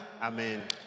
Amen